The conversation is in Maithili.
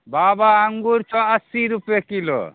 बाबा अँगूर छऽ अस्सी रुपये किलो